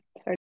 sorry